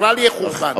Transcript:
בכלל יהיה חורבן.